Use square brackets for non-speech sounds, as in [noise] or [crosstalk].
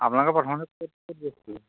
[unintelligible]